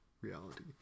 reality